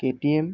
KTM